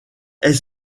est